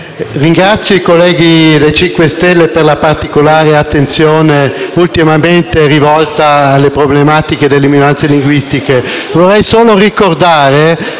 ringrazio i colleghi del Movimento 5 Stelle per la particolare attenzione ultimamente rivolta alle problematiche delle minoranze linguistiche.